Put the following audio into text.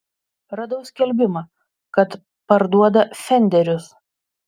radau skelbimą kad parduoda fenderius